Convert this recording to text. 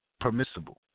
permissible